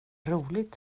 roligt